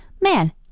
Man